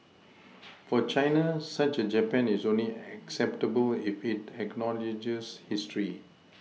for China such a Japan is only acceptable if it acknowledges history